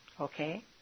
Okay